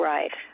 Right